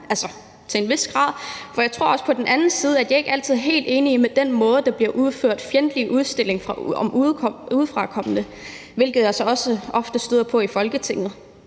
altså til en vis grad, for jeg tror på den anden side også, at jeg ikke altid er helt enig i den fjendtlige måde, udefrakommende bliver udstillet på, hvilket jeg også ofte støder på i Folketinget.